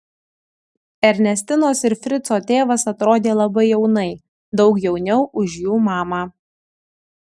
ernestinos ir frico tėvas atrodė labai jaunai daug jauniau už jų mamą